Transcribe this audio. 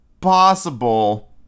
possible